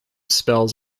spells